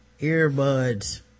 earbuds